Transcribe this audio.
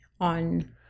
on